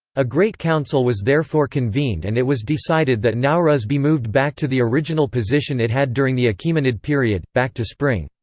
a great council was therefore convened and it was decided that nowruz be moved back to the original position it had during the achaemenid period back to spring.